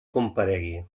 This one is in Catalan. comparegui